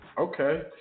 okay